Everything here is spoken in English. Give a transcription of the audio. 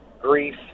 grief